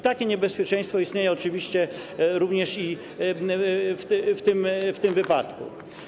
Takie niebezpieczeństwo istnieje oczywiście również w tym wypadku.